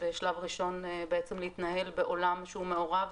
בשלב ראשון להתנהל בעולם שהוא מעורב,